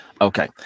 okay